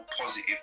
positive